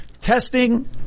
Testing